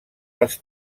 les